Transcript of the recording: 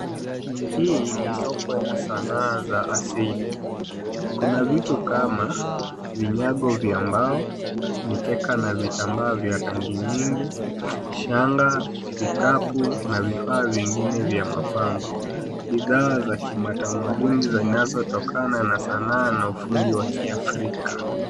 Hii ni soko ya sanaa za asili. Kuna vitu kama vinyago vya mbao, mikeka na vitambaa vya rangi nyingi, shanga, vikapu na vifaa vingine vya mapambo. Bidhaa za kitamaduni zinazotokana na sanaa na ufundi wa kiafrika.